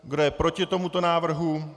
Kdo je proti tomuto návrhu?